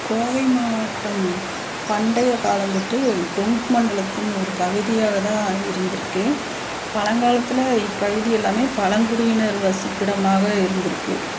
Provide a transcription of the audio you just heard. கோவை மாவட்டம் பண்டைய காலம் தொட்டு கொங்கு மண்டலத்தின் ஒரு பகுதியாகதான் இருந்திருக்கு பழங்காலத்தில் இப்பகுதியெல்லாம் பழங்குடியினர் வசிப்பிடமாக இருந்திருக்கு